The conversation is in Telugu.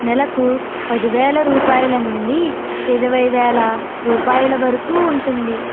నెలకు పదివేల రూపాయల నుండి ఇరవై వేల రూపాయల వరకు ఉంటుంది